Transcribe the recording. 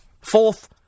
Fourth